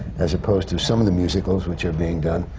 as opposed to some of the musicals which are being done,